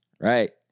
Right